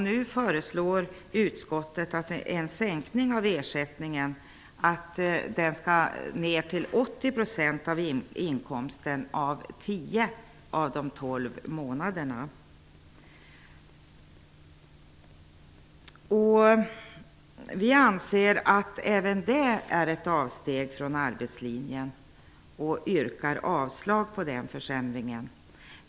Nu föreslår utskottet en sänkning av ersättningen ned till 80 % av inkomsten under tio av de tolv månaderna. Vi anser att även det är ett avsteg från arbetslinjen och yrkar avslag på den försämringen.